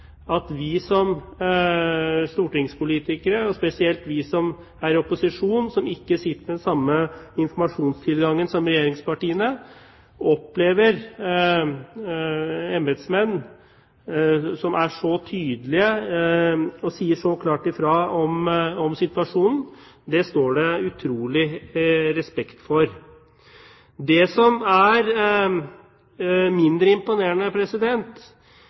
at vi som stortingspolitikere – og spesielt vi som er i opposisjon, som ikke sitter med den samme informasjonstilgangen som regjeringspartiene – opplever embetsmenn som er så tydelige og sier så klart ifra om situasjonen. Det står det utrolig respekt av. Det som er mindre imponerende,